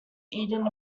eaten